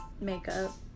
Makeup